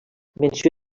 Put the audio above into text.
menció